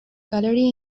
gallery